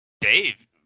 Dave